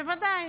--- בוודאי,